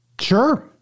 sure